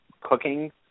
cooking